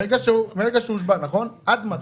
עד מתי?